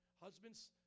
Husbands